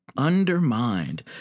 Undermined